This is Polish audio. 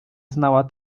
znała